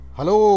Hello